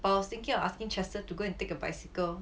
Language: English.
but I was thinking of asking chester to go and take a bicycle